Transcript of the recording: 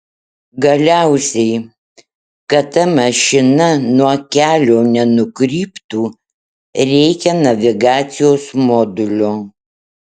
galiausiai kad ta mašina nuo kelio nenukryptų reikia navigacijos modulio